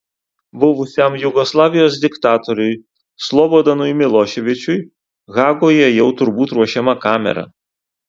buvusiam jugoslavijos diktatoriui slobodanui miloševičiui hagoje jau turbūt ruošiama kamera